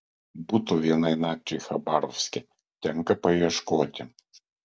buto vienai nakčiai chabarovske tenka paieškoti